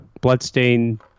Bloodstain